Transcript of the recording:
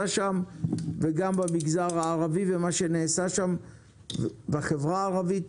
שם וגם למגזר הערבי ומה שנעשה בחברה הערבית,